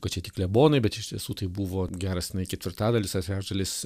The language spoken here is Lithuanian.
kad čia tik klebonai bet iš tiesų tai buvo geras tenai ketvirtadalis ar trečdalis